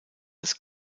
des